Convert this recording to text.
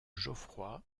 geoffroy